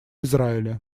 израиля